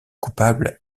coupable